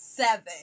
seven